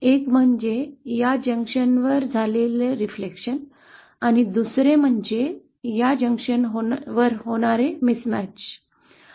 एक म्हणजे या जंक्शनवर झालेले प्रतिबिंब आणि दुसरे म्हणजे या जंक्शनवर होणारी चुकीची जुळवाजुळव